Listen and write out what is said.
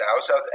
South